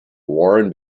warren